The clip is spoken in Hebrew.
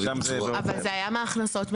אבל זה היה מהכנסות מדינה.